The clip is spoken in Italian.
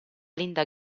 linda